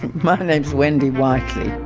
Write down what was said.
my name's wendy whiteley.